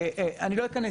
אני לא אכנס,